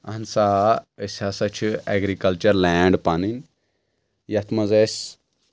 اہن سا آ أسۍ ہسا چھِ ایٚگرِکَلچر لینٛڈ پنٕنۍ یتھ منٛز اَسہِ